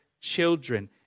children